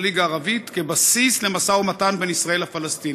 הליגה הערבית כבסיס למשא-ומתן בין ישראל לפלסטינים,